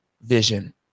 vision